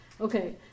Okay